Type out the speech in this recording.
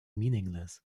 meaningless